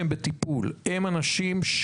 איך אמר פרופסור רובינשטיין?